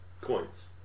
coins